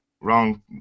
wrong